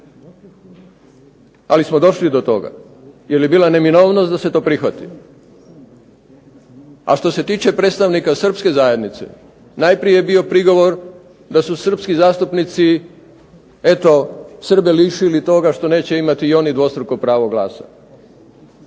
Ali smo došli do toga jer je bila neminovnost da se to prihvati. A što se tiče predstavnika srpske zajednice, najprije je bio prigovor da su srpski zastupnici eto Srbe lišili toga što neće imati i oni dvostruko pravo glasa.